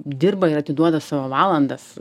dirba ir atiduoda savo valandas